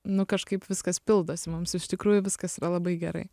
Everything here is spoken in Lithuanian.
nu kažkaip viskas pildosi mums iš tikrųjų viskas yra labai gerai